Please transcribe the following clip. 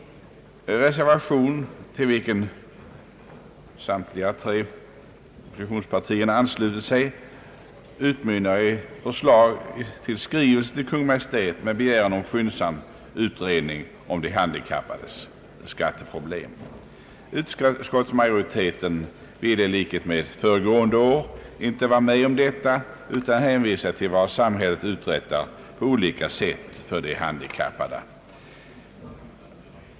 Reservationen, till vilken samtliga tre oppositionspartier anslutit sig, utmynnar i förslag om skrivelse till Kungl. Maj:t med begäran om skyndsam utredning av de handikappades skatteproblem. Utskottsmajoriteten vill i likhet med föregående år inte vara med om detta utan hänvisar till vad samhället uträttar på olika sätt för de handikappade.